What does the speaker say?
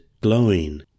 glowing